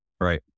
Right